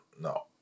No